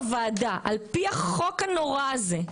על פי החוק הנורא הזה,